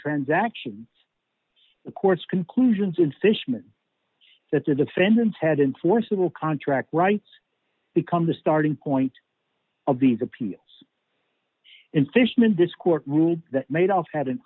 transactions the courts conclusions and fishman that the defendants had enforceable contract rights become the starting point of these appeals in fishman this court ruled that made off had an